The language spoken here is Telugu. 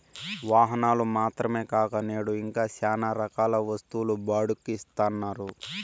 వాహనాలు మాత్రమే కాక నేడు ఇంకా శ్యానా రకాల వస్తువులు బాడుక్కి ఇత్తన్నారు